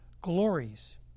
glories